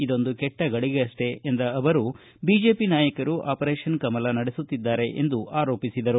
ಇದೊಂದು ಕೆಟ್ಟ ಗಳಿಗೆಯಷ್ಟೇ ಎಂದ ಅವರು ಬಿಜೆಪಿ ನಾಯಕರು ಆಪರೇಷನ್ ಕಮಲ ನಡೆಸುತ್ತಿದ್ದಾರೆ ಎಂದು ಆರೋಪಿಸಿದರು